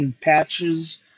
patches